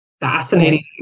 fascinating